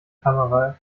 kamera